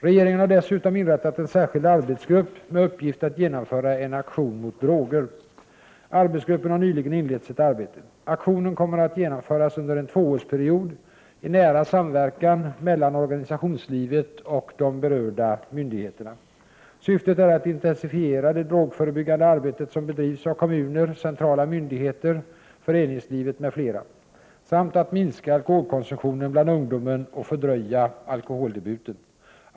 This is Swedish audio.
Regeringen har dessutom inrättat en särskild arbetsgrupp med uppgift att genomföra en aktion mot droger. Arbetsgruppen har nyligen inlett sitt arbete. Aktionen kommer att genomföras under en tvåårsperiod i nära samverkan mellan organisationslivet och berörda myndigheter. Syftet är att intensifiera det drogförebyggande arbete som bedrivs av kommuner, centrala myndigheter, föreningslivet m.fl. samt att minska alkoholkonsumtionen bland ungdomen och fördröja alkoholdebuten.